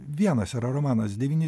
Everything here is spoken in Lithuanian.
vienas yra romanas devyni